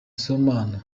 sibomana